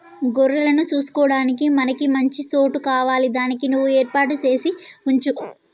గొర్రెలను సూసుకొడానికి మనకి మంచి సోటు కావాలి దానికి నువ్వు ఏర్పాటు సేసి వుంచు